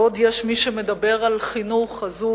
בעוד יש מי שמדבר על חינוך, אז הוא